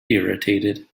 irritated